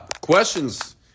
questions